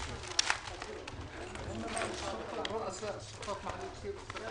הישיבה ננעלה בשעה 13:50.